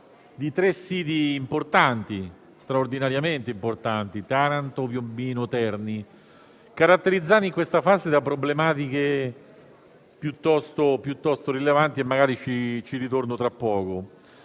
di tre siti straordinariamente importanti (Taranto, Piombino, Terni), caratterizzati in questa fase da problematiche piuttosto rilevanti, su cui torno tra poco.